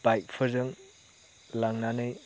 बाइकफोरजों लांनानै